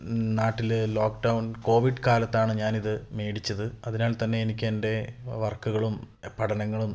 നാട്ടില് lockdown Covid കാലത്താണ് ഞാനിത് മേടിച്ചത് അതിനാൽ തന്നെ എനിക്കെൻ്റെ വർക്കുകളും പഠനങ്ങളും